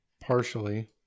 partially